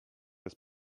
bez